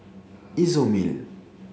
Isomil